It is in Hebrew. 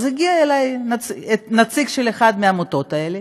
אז הגיע אליי נציג של אחת מהעמותות האלה